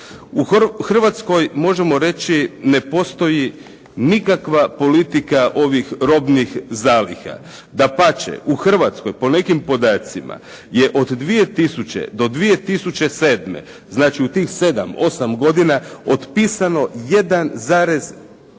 U Hrvatskoj, možemo reći ne postoji nikakva politika ovih robnih zaliha. Dapače, u Hrvatskoj po nekim podacima je od 2000. do 2007., znači u tih 7, 8 godina otpisano 1,1